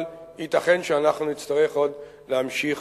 אבל ייתכן שאנחנו נצטרך עוד להמשיך